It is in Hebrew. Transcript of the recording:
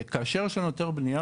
כאשר יש לנו היתר בנייה,